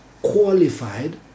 qualified